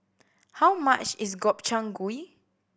how much is Gobchang Gui